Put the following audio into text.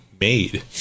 made